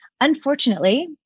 unfortunately